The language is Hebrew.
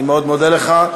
אני מאוד מודה לך.